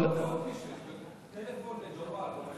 לא כביש 6, טלפון לג'וואל.